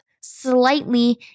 slightly